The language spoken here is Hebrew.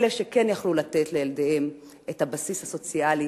אלה שכן יכלו לתת לילדיהם את הבסיס הסוציאלי